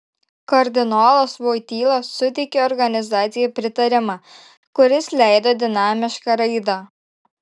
kardinolas voityla suteikė organizacijai pritarimą kuris leido dinamišką raidą